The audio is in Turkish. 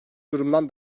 durumdan